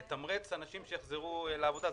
לתמרץ את האנשים שיחזרו לעבודה.